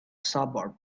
suburb